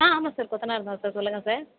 ஆ ஆமாம் சார் கொத்தனார் தான் சொல்லுங்கள் சார்